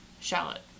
shallot